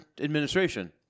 administration